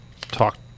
talk